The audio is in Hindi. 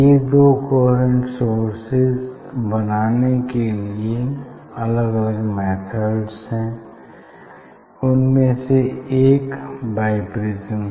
ये दो कोहेरेंट सोर्सेज बनाने के अलग अलग मेथड्स हैं उनमें से एक है बाईप्रिज्म